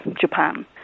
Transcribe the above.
Japan